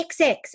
xx